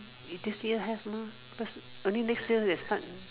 is this year have mah first only next year they start